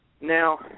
Now